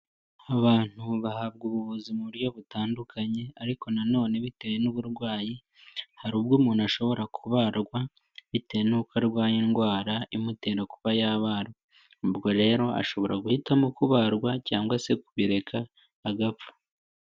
Abantu bahabwa ubuvuzi mu buryo butandukanye, ariko nanone bitewe n'uburwayi, hari ubwo umuntu ashobora kubarwa bitewe nuko arwaye indwara imutera kuba yabarwa, ubwo rero ashobora guhitamo kubarwa cyangwa se kubireka agapfa.